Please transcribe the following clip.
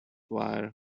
wire